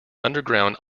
underground